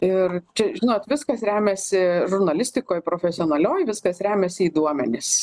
ir čia žinot viskas remiasi žurnalistikoj profesionalioj viskas remiasi į duomenis